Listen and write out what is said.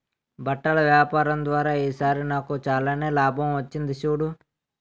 బట్టల వ్యాపారం ద్వారా ఈ సారి నాకు చాలానే లాభం వచ్చింది చూడు